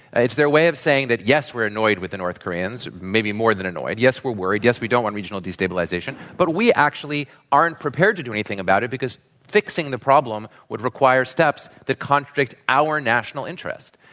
it's their way of saying that, yes, we're annoyed with the north koreans maybe more than annoyed. yes, we're worried. yes, we don't want regional destabilization. but we actually aren't prepared to do anything about it because fixing the problem would require steps that contradict our national interest.